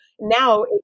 Now